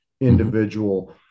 individual